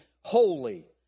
holy